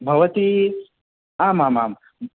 भवती आमामां